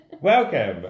Welcome